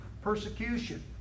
persecution